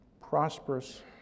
prosperous